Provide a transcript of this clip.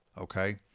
Okay